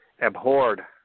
abhorred